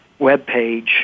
webpage